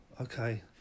Okay